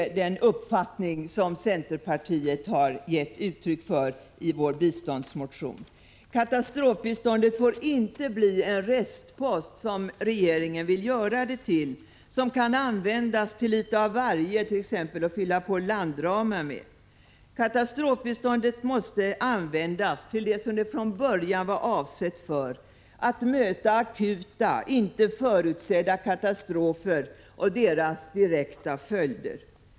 1985/86:117 centerpartiet har gett uttryck för i sin biståndsmotion. 16 april 1986 Katastrofbiståndet får inte bli en restpost, som regeringen vill göra det till, som kan användas till litet av varje, t.ex. att fylla på landramar med. Katastrofbiståndet måste användas till det som det från början var avsett för: att möta akuta, inte föreutsedda katastrofer och deras direkta följder.